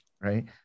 right